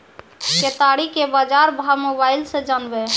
केताड़ी के बाजार भाव मोबाइल से जानवे?